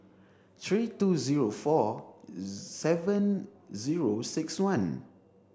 three two zero four seven zero six one